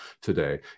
today